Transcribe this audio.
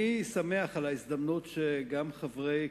אני שמח על ההזדמנות שגם חברי